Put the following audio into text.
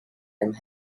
and